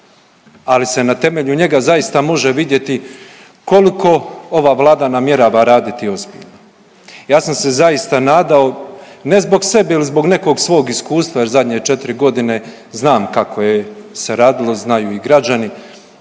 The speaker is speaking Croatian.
ali se na temelju njega zaista može vidjeti koliko ova Vlada namjerava raditi ozbiljno. Ja sam se zaista nadao, ne zbog sebe ili nekog svog iskustva, jer zadnje 4 godine znam kako je se radilo, znaju i građani,